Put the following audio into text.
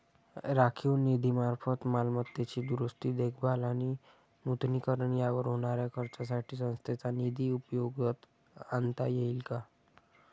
राखीव निधीमार्फत मालमत्तेची दुरुस्ती, देखभाल आणि नूतनीकरण यावर होणाऱ्या खर्चासाठी संस्थेचा निधी उपयोगात आणता येईल का?